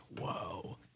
Whoa